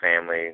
family